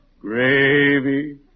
Gravy